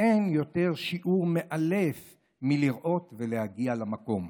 אין שיעור יותר מאלף מלראות ולהגיע למקום.